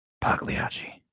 Pagliacci